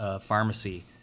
pharmacy